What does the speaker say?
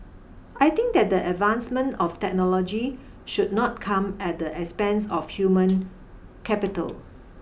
I think that the advancement of technology should not come at the expense of human capital